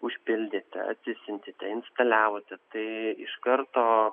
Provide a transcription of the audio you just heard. užpildėte atsisiuntėte instaliavote tai iš karto